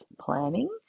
planning